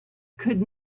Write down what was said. could